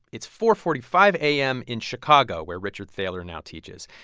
it's four forty five a m. in chicago, where richard thaler now teaches.